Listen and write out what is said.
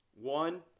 One